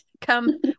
Come